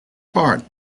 part